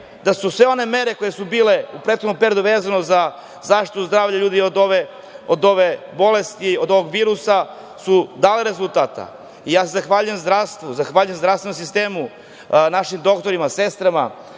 da su sve one mere koje su bile u prethodnom periodu, vezano za zaštitu zdravlja ljudi od ove bolesti, od ovog virusa su dale rezultate. Ja se zahvaljujem zdravstvu, zahvaljujem se zdravstvenom sistemu, našim doktorima, sestrama,